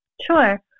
Sure